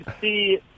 see